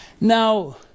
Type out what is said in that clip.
Now